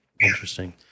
Interesting